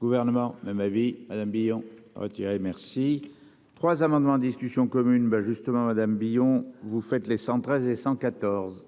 Gouvernement de ma vie. Alain Billon retirer merci. 3 amendements en discussion commune. Ben justement Madame Billon, vous faites les 113 et 114.